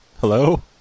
Hello